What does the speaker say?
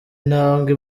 intambwe